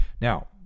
Now